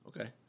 Okay